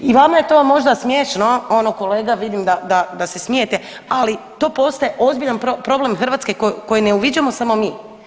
I vama je to možda smješno ono kolega vidim da, da se smijete, ali to postaje ozbiljan problem Hrvatske koji ne uviđamo samo mi.